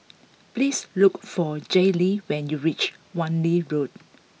please look for Jaylee when you reach Wan Lee Road